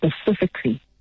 specifically